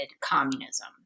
communism